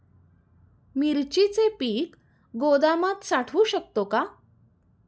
मिरचीचे पीक गोदामात साठवू शकतो का?